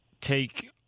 take